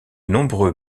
nombreux